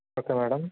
okay madam